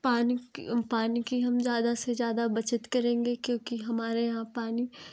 पानी पानी की हम ज़्यादा से ज़्यादा बचत करेंगे क्योंकि हमारे यहाँ पानी